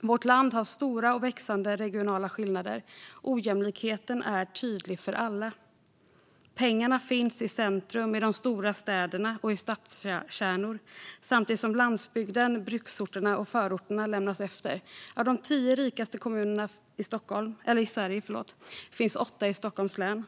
Vårt land har stora och växande regionala skillnader. Ojämlikheten är tydlig för alla. Pengarna finns i centrum, i de stora städerna och i stadskärnorna samtidigt som landsbygden, bruksorterna och förorterna lämnas efter. Av de tio rikaste kommunerna i Sverige finns åtta i Stockholms län.